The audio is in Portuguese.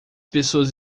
pessoas